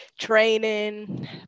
training